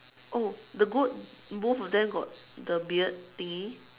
oh the goat both of them got the the beard thingy